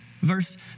Verse